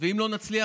ואם לא נצליח,